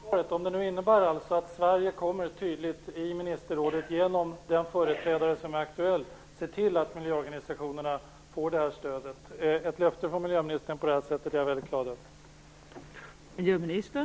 Fru talman! Jag är naturligtvis väldigt glad för svaret, om det nu innebär att Sverige genom sin företrädare i ministerrådet kommer att se till att miljöorganisationerna får det här stödet. Ett sådant löfte från miljöministern är jag väldigt glad över.